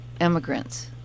immigrants